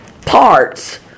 parts